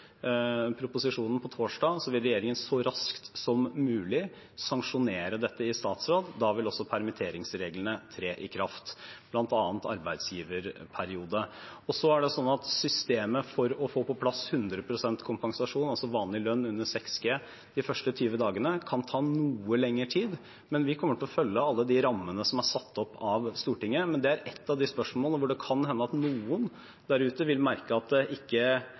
proposisjonen på torsdag, vil regjeringen så raskt som mulig sanksjonere dette i statsråd. Da vil også permitteringsreglene tre i kraft, bl.a. arbeidsgiverperioden. Systemet for å få på plass 100 pst. kompensasjon, altså for vanlig lønn under 6G, de første tyve dagene kan ta noe lengre tid. Vi kommer til å følge alle de rammene som er satt opp av Stortinget, men det er et av de spørsmålene hvor det kan hende at noen der ute vil merke at det er